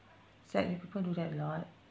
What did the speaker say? sadly people do that a lot